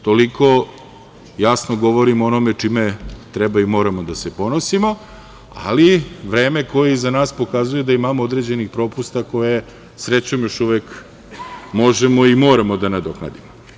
Toliko jasno govorim o onome čime treba i moramo da se ponosimo, ali vreme koje je iza nas pokazuje da imamo određenih propusta koje srećom još uvek možemo i moramo da nadoknadimo.